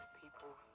people